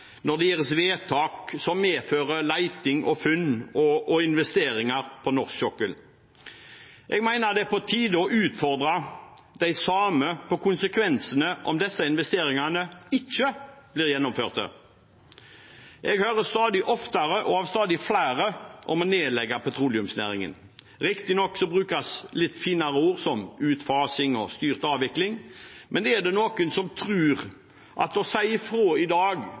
når det gjøres vedtak som medfører leting, funn og investeringer på norsk sokkel. Jeg mener det er på tide å utfordre de samme på konsekvensene om disse investeringene ikke blir gjennomført. Jeg hører stadig oftere, av stadig flere, om å nedlegge petroleumsnæringen. Riktignok brukes litt finere ord, som utfasing og styrt avvikling. Men er det noen som tror at det å si ifra i dag